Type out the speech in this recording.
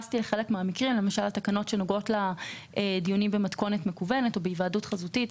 למשל התקנות שנוגעות לדיונים במתכונת מקוונת או בהיוועדות חזותית.